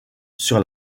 sur